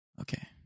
Okay